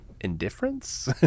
indifference